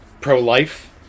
Pro-Life